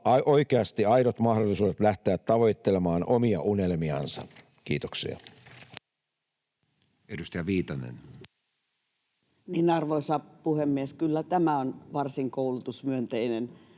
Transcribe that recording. oikeasti aidot mahdollisuudet lähteä tavoittelemaan omia unelmiansa. — Kiitoksia. Edustaja Viitanen. Arvoisa puhemies! Kyllä tämä on varsin koulutusmyönteinen